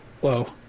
Whoa